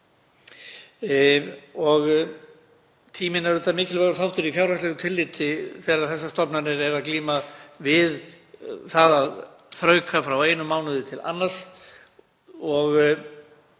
Tíminn er auðvitað mikilvægur þáttur í fjárhagslegu tilliti þegar þessar stofnanir eru að glíma við það að þrauka frá einum mánuði til annars